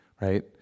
right